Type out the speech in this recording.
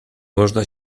można